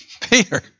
Peter